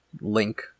Link